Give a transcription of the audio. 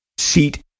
seat